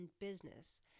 business